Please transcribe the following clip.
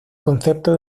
concepto